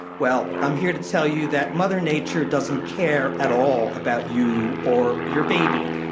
well, i'm here to tell you that mother nature doesn't care at all about you or your baby.